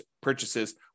purchases